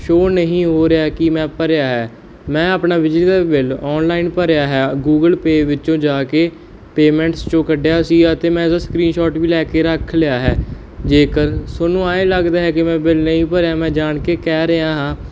show ਨਹੀਂ ਹੋ ਰਿਹਾ ਕਿ ਮੈਂ ਭਰਿਆ ਮੈਂ ਆਪਣਾ ਬਿਜਲੀ ਦਾ ਬਿੱਲ ਓਨਲਾਈਨ ਭਰਿਆ ਹੈ ਗੂਗਲ ਪੇ ਵਿੱਚ ਜਾ ਕੇ ਪੇਮੈਂਟਸ 'ਚੋਂ ਕੱਢਿਆ ਸੀਗਾ ਅਤੇ ਮੈਂ ਉਹਦਾ ਸਕਰੀਨਸ਼ੋਟ ਵੀ ਲੈ ਕੇ ਰੱਖ ਲਿਆ ਹੈ ਜੇਕਰ ਤੁਹਾਨੂੰ ਐ ਲੱਗਦਾ ਹੈ ਕਿ ਮੈਂ ਬਿਲ ਨਹੀਂ ਭਰਿਆ ਮੈਂ ਜਾਣ ਕੇ ਕਹਿ ਰਿਹਾ ਹਾਂ